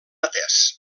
atés